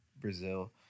Brazil